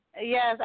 Yes